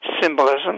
symbolism